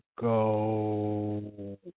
go